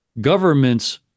governments